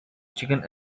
chicken